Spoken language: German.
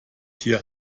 hier